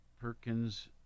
Perkins